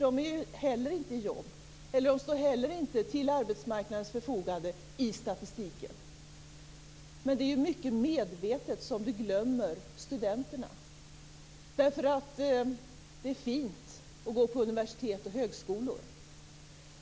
De är inte heller i jobb eller står till arbetsmarknadens förfogande i statistiken. Men det är medvetet som han glömmer studenterna. Det är fint att gå på universitet och högskolor.